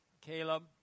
Caleb